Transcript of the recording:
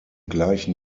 gleichen